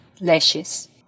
lashes